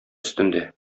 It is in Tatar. өстендә